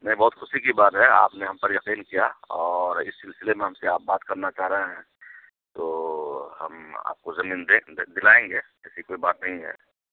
نہیں بہت خوشی کی بات ہے آپ نے ہم پر یقین کیا اور اس سلسلے میں ہم سے آپ بات کرنا چاہ رہے ہیں تو ہم آپ کو زمین دیکھ دلائیں گے ایسی کوئی بات نہیں ہے